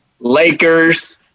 Lakers